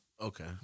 Okay